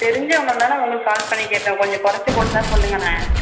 தெரிஞ்சவங்கன்னுதானே உங்களுக்கு கால் பண்ணி கேட்டேன் கொஞ்சம் குறச்சி போட்டு தான் சொல்லுங்களேன்